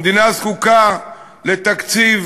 המדינה זקוקה לתקציב